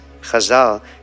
Chazal